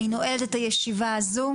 אני נועלת את הישיבה הזו.